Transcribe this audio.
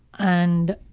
and